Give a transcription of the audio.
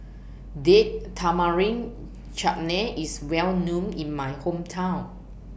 Date Tamarind Chutney IS Well known in My Hometown